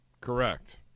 Correct